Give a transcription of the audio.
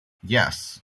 yes